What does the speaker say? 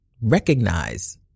recognize